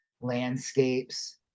landscapes